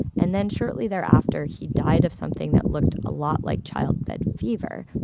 and then shortly thereafter, he died of something that looked a lot like childbed fever.